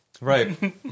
right